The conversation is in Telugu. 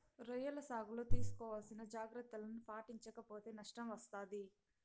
రొయ్యల సాగులో తీసుకోవాల్సిన జాగ్రత్తలను పాటించక పోతే నష్టం వస్తాది